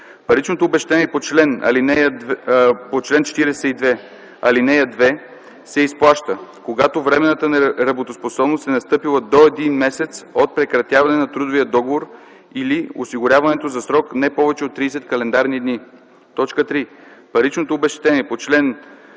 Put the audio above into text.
Паричното обезщетение по чл. 42, ал. 2 се изплаща, когато временната неработоспособност е настъпила до един месец от прекратяване на трудовия договор или осигуряването за срок не повече от 30 календарни дни. 3. Паричното обезщетение по чл. 42,